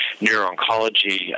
neuro-oncology